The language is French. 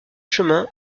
chemin